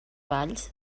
valls